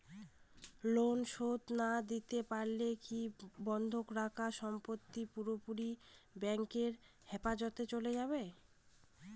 Loan শোধ না দিতে পারলে কি বন্ধক রাখা সম্পত্তি পুরোপুরি ব্যাংকের হেফাজতে চলে যাবে?